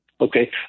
okay